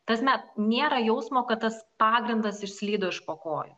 ta prasme nėra jausmo kad tas pagrindas išslydo iš po kojų